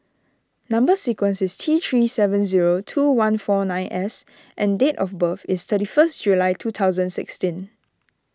Number Sequence is T three seven zero two one four nine S and date of birth is thirty first July two thousand sixteen